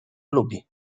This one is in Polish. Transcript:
lubi